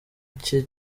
cye